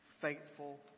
faithful